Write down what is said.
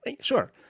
sure